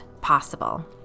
possible